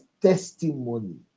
testimony